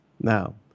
Now